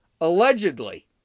Allegedly